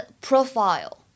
profile，